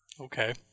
Okay